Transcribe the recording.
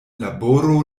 laboro